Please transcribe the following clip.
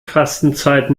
fastenzeit